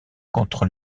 contre